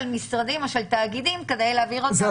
משרדים או של תאגידים כדי להעביר אותם.